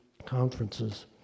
conferences